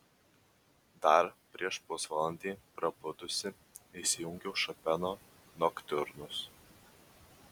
dar prieš pusvalandį prabudusi įsijungiau šopeno noktiurnus